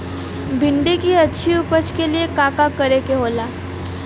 भिंडी की अच्छी उपज के लिए का का करे के होला?